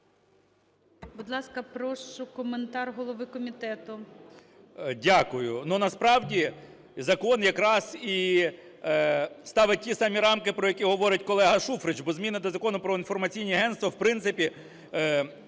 Будь ласка, прошу коментар голови комітету. 11:28:12 КНЯЖИЦЬКИЙ М.Л. Дякую. Ну, насправді закон якраз і ставить ті самі рамки, про які говорить колега Шуфрич, бо зміни до Закону "Про інформаційні агентства", в принципі,